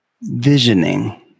visioning